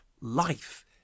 life